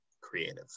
creative